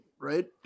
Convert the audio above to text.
right